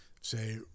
say